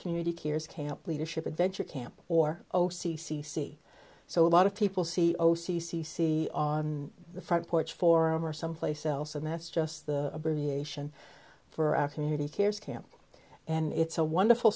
community cares camp leadership adventure camp or o c c c so a lot of people see o c c see on the front porch for him or someplace else and that's just the abbreviation for our community cares camp and it's a wonderful